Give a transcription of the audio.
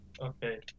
Okay